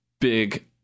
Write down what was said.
big